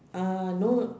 uh no